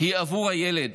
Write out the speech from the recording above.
היא בעבור הילד